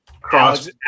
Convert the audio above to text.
cross